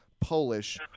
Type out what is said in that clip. Polish